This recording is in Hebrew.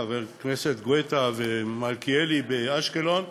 חבר הכנסת גואטה ומלכיאלי באשקלון,